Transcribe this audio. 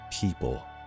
people